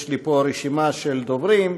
יש לי פה רשימה של דוברים.